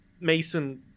mason